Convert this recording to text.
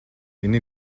энэ